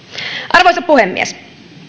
arvoisa puhemies